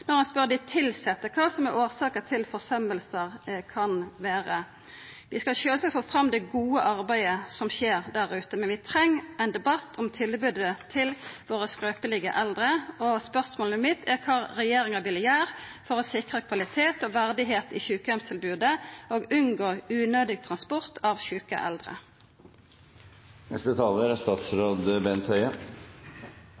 når ein spør dei tilsette kva årsaka til forsømmingar kan vera. Vi skal sjølvsagt få fram det gode arbeidet som skjer der ute, men vi treng ein debatt om tilbodet til våre skrøpelege eldre. Spørsmålet mitt er kva regjeringa vil gjera for å sikra kvalitet og verdigheit i sjukeheimstilbodet og unngå unødig transport av sjuke